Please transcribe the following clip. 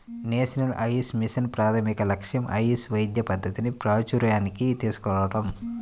national Ayush mission ప్రాథమిక లక్ష్యం ఆయుష్ వైద్య పద్ధతిని ప్రాచూర్యానికి తీసుకురావటం